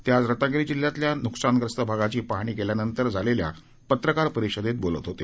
ते आज रत्नागिरी जिल्ह्यातल्या नुकसानग्रस्त भागाची पाहणी केल्यानंतर झालेल्या पत्रकार परिषदेत बोलत होते